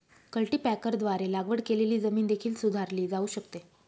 कल्टीपॅकरद्वारे लागवड केलेली जमीन देखील सुधारली जाऊ शकते